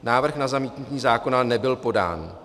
Návrh na zamítnutí zákona nebyl podán.